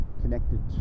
connected